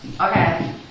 Okay